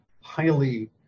highly